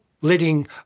letting